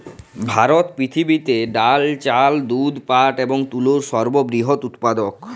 ভারত পৃথিবীতে ডাল, চাল, দুধ, পাট এবং তুলোর সর্ববৃহৎ উৎপাদক